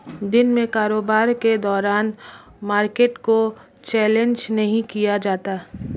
दिन में कारोबार के दौरान मार्केट को चैलेंज नहीं किया जाता